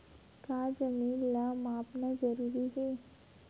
का जमीन ला मापना जरूरी हे?